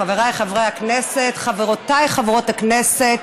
חבריי חברי הכנסת, חברותיי חברות הכנסת,